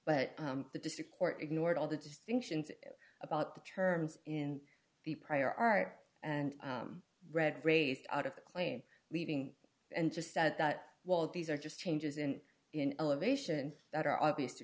but the district court ignored all the distinctions about the terms in the prior art and red raised out of the claim leaving and just said that while these are just changes in in elevation that are obvious